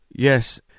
Yes